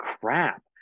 crap